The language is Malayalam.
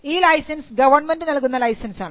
ഈ ലൈസൻസ് ഗവൺമെൻറ് നൽകുന്ന ലൈസൻസ് ആണ്